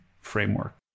framework